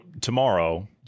tomorrow